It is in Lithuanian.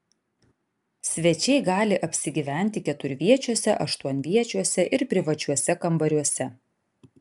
svečiai gali apsigyventi keturviečiuose aštuonviečiuose ir privačiuose kambariuose